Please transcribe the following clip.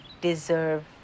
deserve